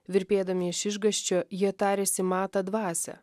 virpėdami iš išgąsčio jie tarėsi matą dvasią